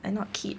I not kid